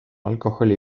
alkoholi